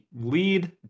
lead